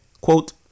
quote